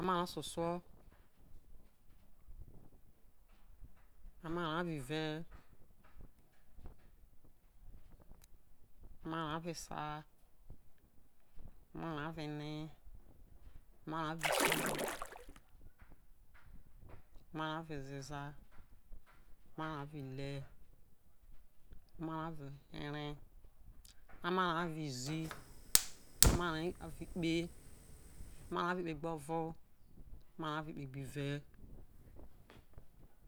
Amara ososo amara avive amara avo esa amara avo ene amara avo iso amara avo ezeza amara avo ihre amara avo erre amara avo izii amara avo ikpe amara avo ikpe gbo ovo amara avo ikpe gbo ivi